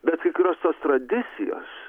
bet kai kurios tos tradicijos